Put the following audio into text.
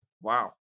Wow